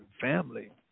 family